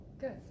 good